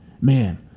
Man